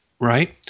Right